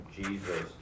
Jesus